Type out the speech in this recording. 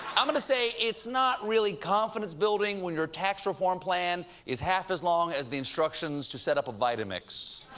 i'm going to say it's not realluconfidence confidence building when your tax reform plan is half as long as the instructions to set up a vitamix.